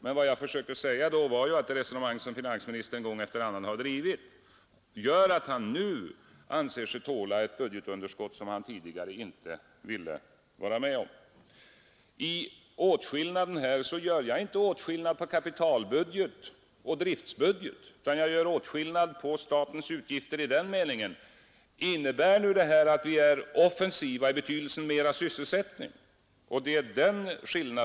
Men vad jag försökte säga då var att det resonemang som finansministern gång efter annan har drivit gör att han nu anser sig tåla ett budgetunderskott som han tidigare inte ville vara med om. I fråga om åtskillnad gör jag inte åtskillnad mellan kapitalbudget och driftbudget, utan jag gör åtskillnad mellan statens utgifter beroende på om de innebär att vi är offensiva i den betydelsen att vi skapar mer sysselsättning.